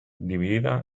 dividida